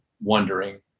wondering